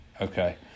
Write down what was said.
Okay